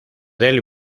del